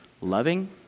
loving